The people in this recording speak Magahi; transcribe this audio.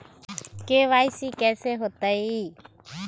के.वाई.सी कैसे होतई?